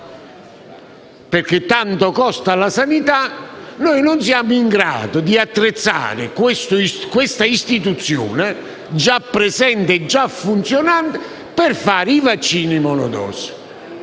perché tanto costa alla sanità, non siamo in grado di attrezzare questa istituzione, già presente e già funzionante, per fare i vaccini monodose?